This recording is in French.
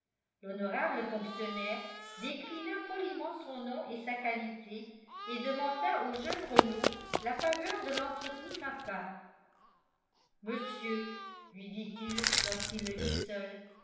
l'honorable fonctionnaire déclina poliment son nom et sa qualité et demanda au jeune renault la faveur de l'entretenir à part monsieur lui dit-il lorsqu'il le vit seul